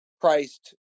Christ